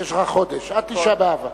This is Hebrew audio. יש לך חודש, עד תשעה באב.